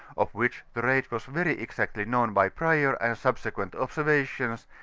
of which the rate was very exactly known by prior and subsequent observations,